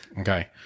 Okay